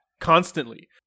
constantly